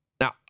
Now